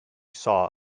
saw